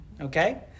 Okay